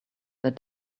their